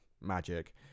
Magic